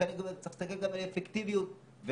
חקירה אפידמיולוגית ללא מעורבות כלי